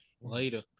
Later